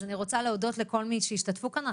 אז אני רוצה להודות לכל מי שהשתתפו כאן.